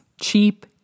Cheap